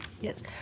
Yes